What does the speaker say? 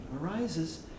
arises